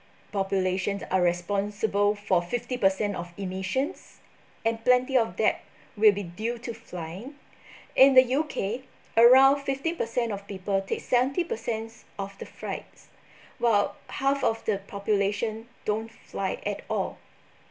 populations are responsible for fifty percent of emissions and plenty of that will be due to flying in the U_K around fifty percent of people take seventy percents of the flights while half of the population don't fly at all